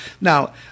Now